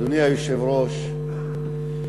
אדוני היושב-ראש,